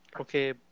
Okay